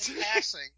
passing